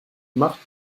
macht